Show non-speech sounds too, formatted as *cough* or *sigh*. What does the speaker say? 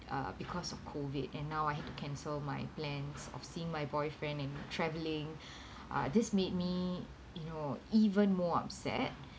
uh because of COVID and now I had to cancel my plans of seeing my boyfriend and travelling *breath* uh this made me you know even more upset